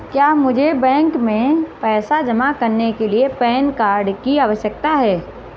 क्या मुझे बैंक में पैसा जमा करने के लिए पैन कार्ड की आवश्यकता है?